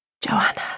Joanna